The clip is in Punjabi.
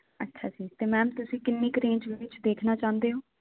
ਅਸੀਂ ਤੇ ਮੈਮ ਤੁਸੀਂ ਕਿੰਨੀ ਕ ਰੇਂਜ ਵਿੱਚ ਦੇਖਣਾ ਚਾਹੁੰਦੇ ਹੋ